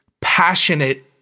passionate